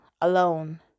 alone